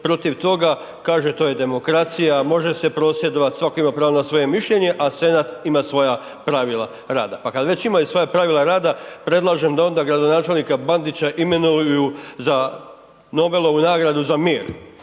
protiv toga, kaže to je demokracija, može se prosvjedovat, svatko ima pravo na svoje mišljenje, a Senat ima svoja pravila rada. Pa kad već imaju svoja pravila rada predlažem da onda gradonačelnika Bandića imenuju za Nobelovu nagradu za mir